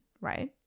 right